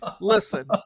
Listen